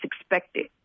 expected